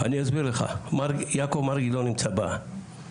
אני אגיד לך, יעקב מרגי לא נמצא במערכת.